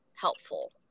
helpful